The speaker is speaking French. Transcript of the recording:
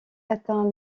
atteint